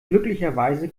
glücklicherweise